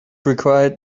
required